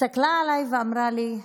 הסתכלה עליי ואמרה לי: